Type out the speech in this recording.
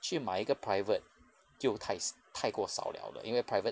去买一个 private 就太太过少 liao 了因为 private